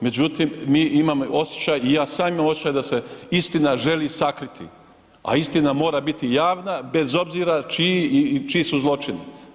Međutim, mi imamo osjećaj i ja sam imam osjećaj da se istina želi sakriti, a istina mora biti javna bez obzira čiji su zločini.